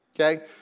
okay